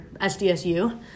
SDSU